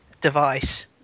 device